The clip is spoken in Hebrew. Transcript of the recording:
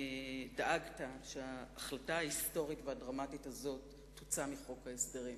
דאגת אתה שההחלטה ההיסטורית והדרמטית הזאת תוצא מחוק ההסדרים.